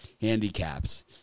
handicaps